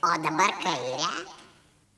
o dabar kairę